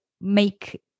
make